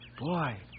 Boy